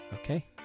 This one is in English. Okay